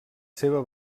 seva